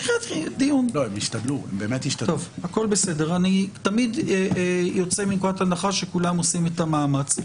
אני תמיד יוצא מנקודת הנחה שכולם עושים את המאמץ.